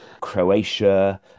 Croatia